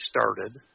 started